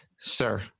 Sir